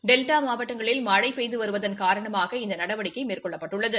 delta மாவட்டங்களில் மழை பெய்து வருவதன் காரணமாக இந்த நடவடிக்கை மேற்கொள்ளப்பட்டுள்ளது